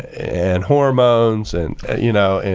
and hormones, and you know,